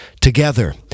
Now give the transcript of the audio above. together